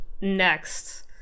next